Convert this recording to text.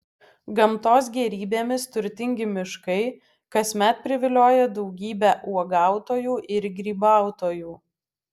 gamtos gėrybėmis turtingi miškai kasmet privilioja daugybę uogautojų ir grybautojų